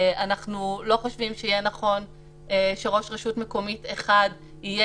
אנחנו לא חושבים שיהיה נכון שראש רשות מקומית אחד יהיה